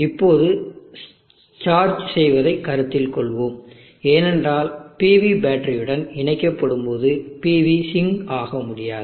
இப்போது சார்ஜ் செய்வதைக் கருத்தில் கொள்வோம் ஏனென்றால் PV பேட்டரியுடன் இணைக்கப்படும்போது PV சிங்க் ஆக முடியாது